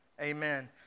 amen